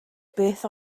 beth